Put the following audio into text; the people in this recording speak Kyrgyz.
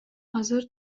азыр